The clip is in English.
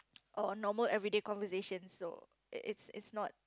or normal everyday conversations so it's it's not